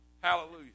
Hallelujah